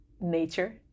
nature